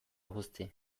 guzti